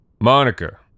Monica